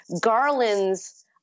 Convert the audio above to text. garlands